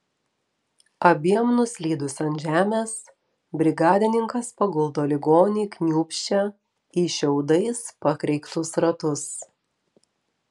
abiem nuslydus ant žemės brigadininkas paguldo ligonį kniūbsčią į šiaudais pakreiktus ratus